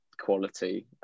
quality